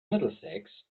middlesex